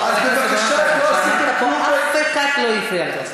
אף אחד לא הפריע לך.